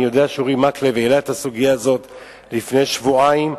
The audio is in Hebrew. אני יודע שאורי מקלב העלה את הסוגיה הזאת לפני שבועיים.